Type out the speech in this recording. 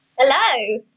Hello